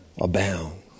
abound